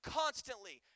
constantly